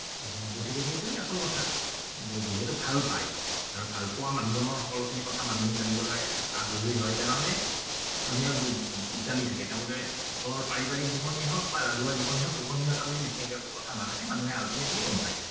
গতিকে সেইটোৱেই আচল কথা যে যিহেতু ভাল পায় আৰু ভালপোৱা মানুহজনৰ সকলোখিনি কথা মানুহে জানিবলৈ আগ্ৰহী হয় সেইকাৰণেই মানুহে জানি থাকে তেওঁলোকে তেওঁলোকৰ পাৰিবাৰিক জীৱনেই হওঁক বা ৰাজহুৱা জীৱনেই হওঁক গোপনীয়তা বুলি বিশেষ একো কথাই নাথাকে মানুহে আলটিমেটলি গম পাই যায়